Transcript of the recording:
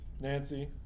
Nancy